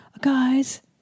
Guys